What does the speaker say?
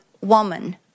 woman